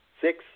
six